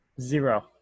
Zero